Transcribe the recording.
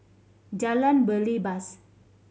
Jalan Belibas